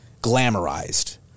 glamorized